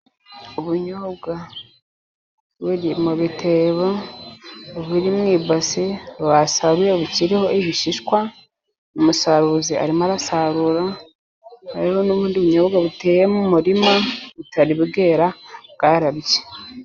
Ubunyobwa buri mu bitebo, uburi mu ibasi, basaruye bukiriho ibishishwa, umusaruzi ari mo arasarura, hariho n'ubundi bunyobwa buteye mu murima, butari bwera bwarabye.